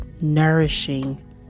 nourishing